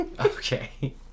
Okay